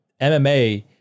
MMA